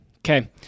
Okay